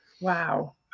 wow